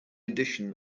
edition